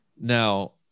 Now